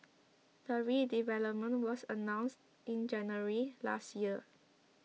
the redevelopment was announced in January last year